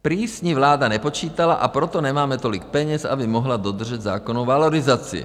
Prý s ní vláda nepočítala, a proto nemáme tolik peněz, aby mohla dodržet zákonnou valorizaci.